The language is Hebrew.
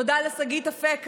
תודה לשגית אפיק,